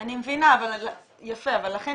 אני מבינה, ולכן